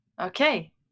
Okay